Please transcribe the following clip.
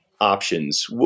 options